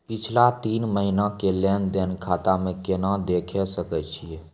पिछला तीन महिना के लेंन देंन खाता मे केना देखे सकय छियै?